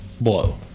blow